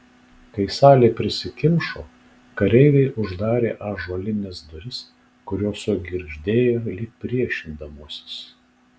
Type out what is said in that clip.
kai salė prisikimšo kareiviai uždarė ąžuolines duris kurios sugirgždėjo lyg priešindamosis